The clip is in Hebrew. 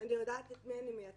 אני יודעת את מי אני מייצגת,